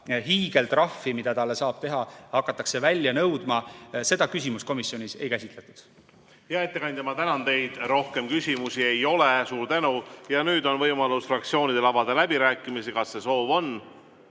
hiigeltrahvi, mida talle saab teha, hakatakse välja nõudma, seda küsimust komisjonis ei käsitletud. Hea ettekandja, ma tänan teid! Rohkem küsimusi ei ole. Suur tänu! Nüüd on võimalus fraktsioonidel avada läbirääkimised. Kas see soov on?